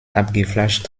abgeflacht